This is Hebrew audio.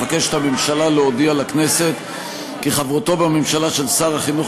מבקשת הממשלה להודיע לכנסת כי חברותו בממשלה של שר החינוך